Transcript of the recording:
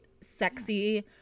sexy